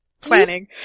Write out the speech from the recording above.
planning